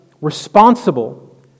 responsible